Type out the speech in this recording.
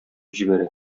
җибәрә